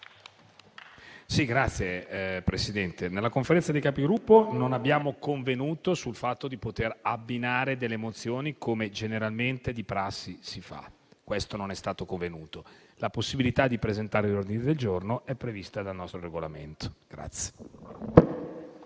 Signor Presidente, nella Conferenza dei Capigruppo non abbiamo convenuto sul fatto di poter abbinare delle mozioni come si fa generalmente, secondo la prassi. Questo non è stato convenuto. La possibilità di presentare ordini del giorno è prevista dal nostro Regolamento. [DE